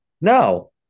No